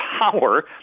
power